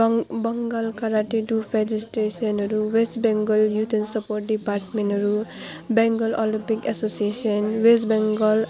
बङ् Bengal karate do फेडेरेसनहरू west Bengal youth and sport डिपार्टमेन्टहरू Bengal Olympic association west Bengal